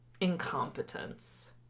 incompetence